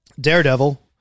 Daredevil